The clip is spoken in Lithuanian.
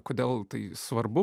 kodėl tai svarbu